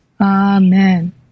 Amen